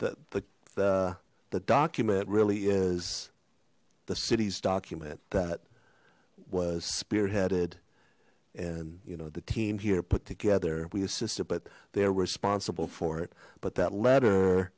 nine the the document really is the city's document that was spearheaded and you know the team here put together we assisted but they're responsible for it but that letter